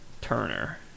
Turner